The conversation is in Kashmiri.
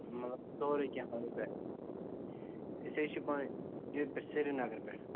مطلب سورُے کیٚنٛہہ ہٲوِو تُہۍ اَتہِ أسۍ حظ چھِ پانہٕ ییٚتہِ پٮ۪ٹھٕ سریٖنگرٕ پٮ۪ٹھ